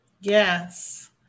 Yes